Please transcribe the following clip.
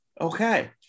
Okay